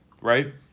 right